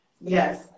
yes